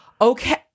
okay